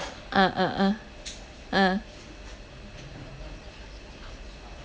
ah ah ah ah